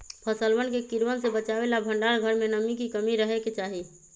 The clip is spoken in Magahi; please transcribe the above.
फसलवन के कीड़वन से बचावे ला भंडार घर में नमी के कमी रहे के चहि